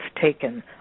taken